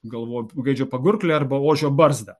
galvoju gaidžio pagurklį arba ožio barzdą